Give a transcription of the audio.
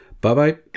Bye-bye